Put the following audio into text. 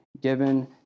given